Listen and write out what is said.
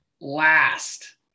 last